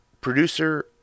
producer